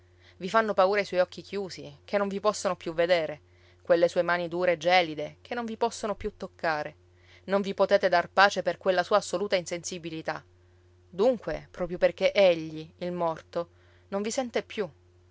vi fanno paura i suoi occhi chiusi che non vi possono più vedere quelle sue mani dure gelide che non vi possono più toccare non vi potete dar pace per quella sua assoluta insensibilità dunque proprio perché egli il morto non vi sente più